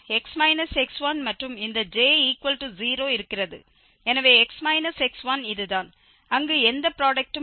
எனவே x x1 இது தான் அங்கு எந்த ப்ராடக்டும் இல்லை